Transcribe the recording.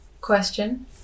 question